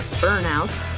burnouts